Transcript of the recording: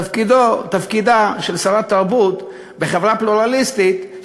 תפקידה של שרת תרבות בחברה פלורליסטית,